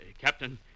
Captain